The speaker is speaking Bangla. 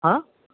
হাঁ